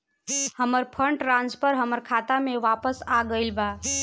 हमर fund transfer हमर खाता में वापस आ गईल बा